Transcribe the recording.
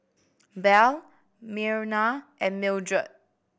Belle Myrna and Mildred